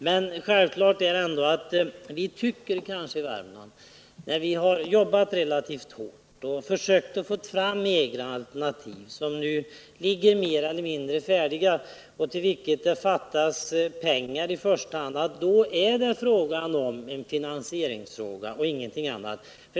Men självklart är ändå att vi i Värmland tycker, när vi har 12 november 1979 jobbat relativt hårt och försökt få fram egna alternativ som nu ligger mer eller mindre färdiga och till vilka det i första hand fattas pengar, att det är en finansieringsfråga och ingenting annat.